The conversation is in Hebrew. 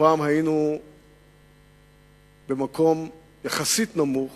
פעם היינו במקום יחסית נמוך,